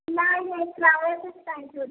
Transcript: नाही नाही फ्लावर्सच पाहिजे होते